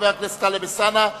חבר הכנסת טלב אלסאנע,